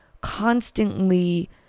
constantly